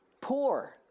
poor